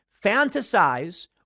fantasize